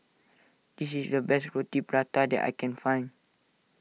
this is the best Roti Prata that I can find